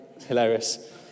Hilarious